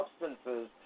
substances